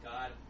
God